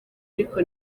ariko